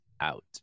out